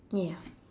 ya